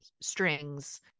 strings